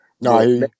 No